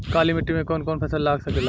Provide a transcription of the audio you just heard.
काली मिट्टी मे कौन कौन फसल लाग सकेला?